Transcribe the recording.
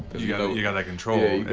you got you got that control.